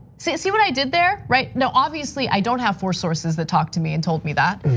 see see what i did there, right? now, obviously i don't have four sources that talked to me and told me that.